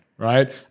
right